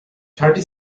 thirty